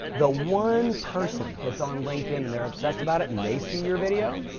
the one person gets on linkedin and they're obsessed about it and they see your video,